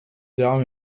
devam